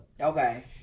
Okay